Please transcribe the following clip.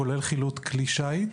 כולל חילוט כלי שיט.